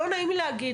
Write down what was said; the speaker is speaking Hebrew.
לא נעים לי להגיד,